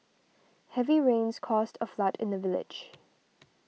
heavy rains caused a flood in the village